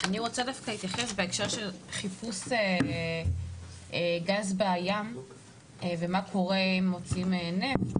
אני רוצה דווקא להתייחס בהקשר של חיפוש גז בים ומה קורה אם מוצאים נפט.